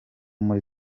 muri